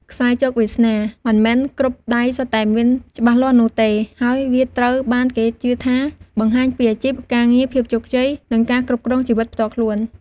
ខ្សែជោគវាសនា មិនមែនគ្រប់ដៃសុទ្ធតែមានច្បាស់លាស់នោះទេ ហើយវាត្រូវបានគេជឿថាបង្ហាញពីអាជីព ការងារ ភាពជោគជ័យ និងការគ្រប់គ្រងជីវិតផ្ទាល់ខ្លួន។